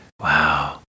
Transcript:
Wow